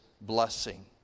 blessing